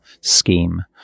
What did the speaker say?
scheme